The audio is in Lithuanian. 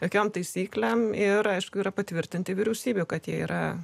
jokiom taisyklėm ir aišku yra patvirtinti vyriausybė kad jie yra